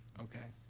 okay.